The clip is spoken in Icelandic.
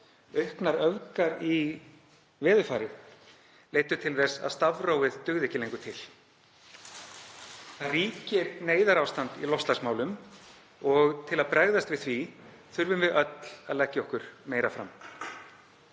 Auknar öfgar í veðurfari leiddu til þess að stafrófið dugði ekki lengur til. Það ríkir neyðarástand í loftslagsmálum og til að bregðast við því þurfum við öll að leggja okkur meira fram.